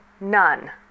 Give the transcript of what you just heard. none